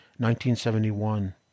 1971